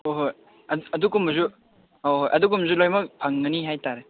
ꯍꯣꯏ ꯍꯣꯏ ꯑꯗꯨꯒꯨꯝꯕꯁꯨ ꯍꯣꯏ ꯍꯣꯏ ꯑꯗꯨꯒꯨꯝꯕꯁꯨ ꯂꯣꯏꯅꯃꯛ ꯐꯪꯒꯅꯤ ꯍꯥꯏꯕꯇꯥꯔꯦ